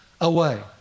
away